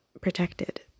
protected